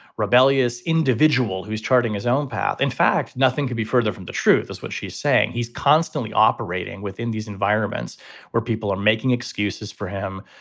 rebellious individual who is charting his own path, in fact, nothing could be further from the truth, is what she's saying. he's constantly operating within these environments where people are making excuses for him.